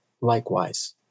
likewise